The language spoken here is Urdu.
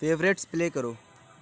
فیورٹس پلے کرو